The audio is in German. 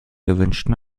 gewünschten